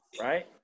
right